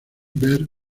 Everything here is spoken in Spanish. ver